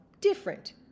different